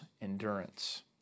endurance